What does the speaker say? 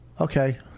Okay